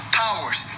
powers